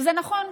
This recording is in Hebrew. וזה נכון.